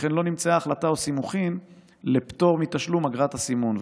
שכן לא נמצאו החלטה או סימוכין לפטור מתשלום אגרת הסימון.